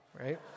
right